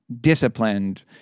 disciplined